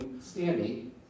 Standing